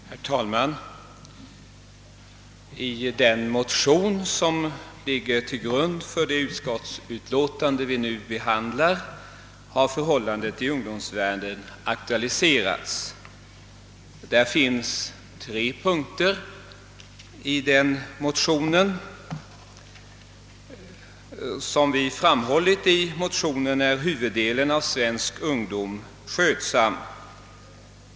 Herr talman! I den motion som ligger till grund för det utskottsutlåtande vi nu behandlar har förhållandet i ungdomsvärlden aktualiserats i tre punkter. Som vi framhållit i motionen är huvuddelen av svensk ungdom skötsam.